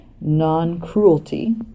Non-cruelty